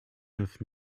neuf